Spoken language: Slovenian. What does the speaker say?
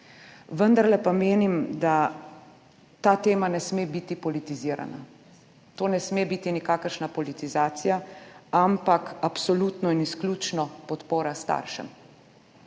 Vendarle pa menim, da ta tema ne sme biti politizirana. To ne sme biti nikakršna politizacija, ampak absolutno in izključno podpora staršem,